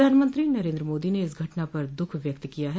प्रधानमंत्री नरेंद्र मोदी ने इस घटना पर दुःख व्यक्त किया है